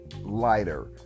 lighter